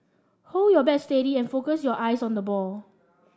hold your bat steady and focus your eyes on the ball